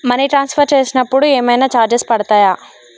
Money transfer చేసినప్పుడు ఏమైనా charges పడతయా?